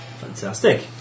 Fantastic